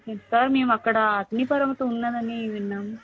sir మేమక్కడ అగ్నిపర్వతం ఉన్నదని విన్నాము